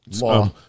law